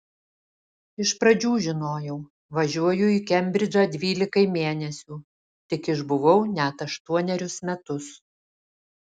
iš pradžių žinojau važiuoju į kembridžą dvylikai mėnesių tik išbuvau net aštuonerius metus